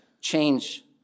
change